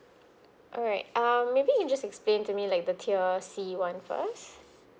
alright um maybe you just explain to me like the tier C one first